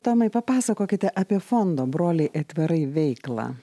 tomai papasakokite apie fondo broliai aitvarai veiklą